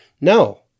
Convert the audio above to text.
No